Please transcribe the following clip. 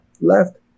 Left